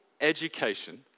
education